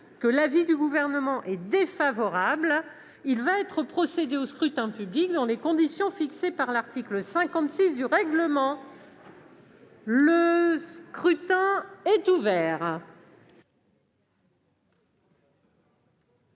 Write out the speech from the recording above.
que celui du Gouvernement est défavorable. Il va être procédé au scrutin dans les conditions fixées par l'article 56 du règlement. Le scrutin est ouvert.